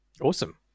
Awesome